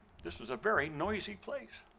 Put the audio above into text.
this was a very noisy place,